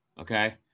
Okay